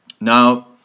Now